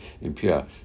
impure